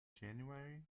january